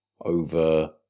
over